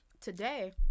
today